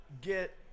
get